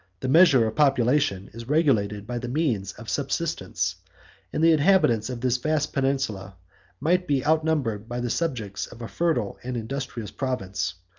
the measure of population is regulated by the means of subsistence and the inhabitants of this vast peninsula might be outnumbered by the subjects of a fertile and industrious province.